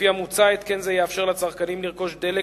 לפי המוצע, התקן זה יאפשר לצרכנים לרכוש דלק